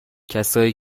کسایی